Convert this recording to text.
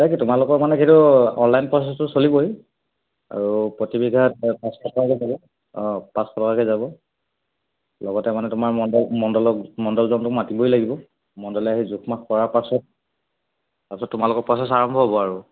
তাকে তোমালোকৰ মানে সেইটো অনলাইন প্ৰ'চেছটো চলিবই আৰু প্ৰতি বিঘাত পাঁচশ টকাকৈ যাব অঁ পাঁচশ টকাকৈ যাব লগতে মানে তোমাৰ মণ্ডল মণ্ডলক মণ্ডলজনটো মাতিবই লাগিব মণ্ডলে আহি জোখ মাখ কৰাৰ পাছত তাৰ পিছত তোমালোকৰ প্ৰ'চেছ আৰম্ভ হ'ব আৰু